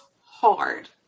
hard